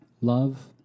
Love